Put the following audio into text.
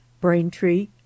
Braintree